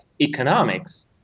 economics